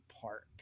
park